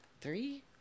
Three